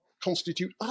constitute